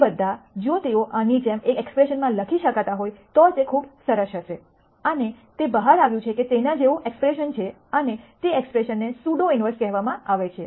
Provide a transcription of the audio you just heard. તે બધા જો તેઓ આની જેમ એક એક્સ્પ્રેશનમાં લખી શકાતા હોય તો તે ખૂબ સરસ હશે અને તે બહાર આવ્યું છે કે તેના જેવું એક્સ્પ્રેશન છે અને તે એક્સ્પ્રેશનને સ્યુડો ઇન્વર્સ કહેવામાં આવે છે